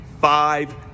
five